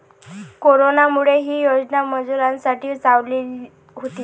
कोरोनामुळे, ही योजना मजुरांसाठी चालवली होती